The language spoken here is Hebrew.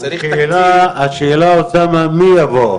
לתקן את הליקויים שעלו כתוצאה מ-2020.